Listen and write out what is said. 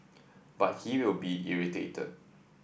but he will be irritated